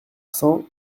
cents